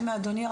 אדוני,